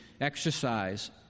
Exercise